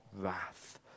wrath